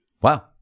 Wow